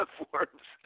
forms